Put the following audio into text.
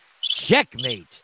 checkmate